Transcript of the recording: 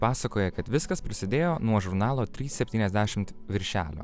pasakoja kad viskas prasidėjo nuo žurnalo trys septyniasdešimt viršelio